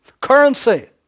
Currency